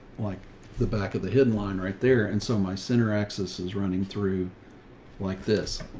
like the back of the hidden line right there. and so my center axis is running through like this